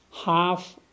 Half